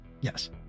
Yes